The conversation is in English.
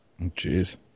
Jeez